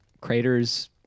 craters